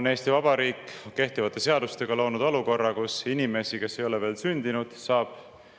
on Eesti Vabariik kehtivate seadustega loonud olukorra, kus inimesi, kes ei ole veel sündinud, saab